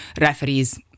referees